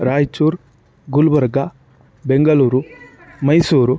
Raichur Gulbarga Bengaluru Mysuru